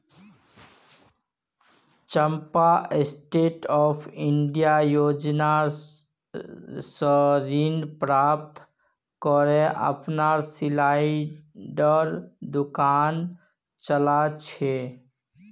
चंपा stand up India योजना स ऋण प्राप्त करे अपनार सिलाईर दुकान चला छ